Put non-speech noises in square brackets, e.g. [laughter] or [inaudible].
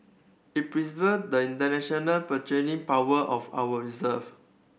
it [unintelligible] the international [unintelligible] power of our reserve